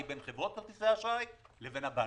בין חברות כרטיסי האשראי לבין הבנקים.